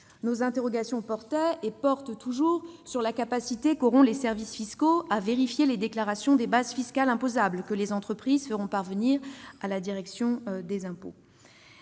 Nos interrogations portaient, et portent toujours, sur la capacité qu'auront les services fiscaux à vérifier les déclarations des bases fiscales imposables que les entreprises leur feront parvenir, mais aussi